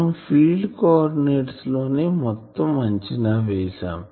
మనం field coordinates లోనే మొత్తం అంచనా వేసాం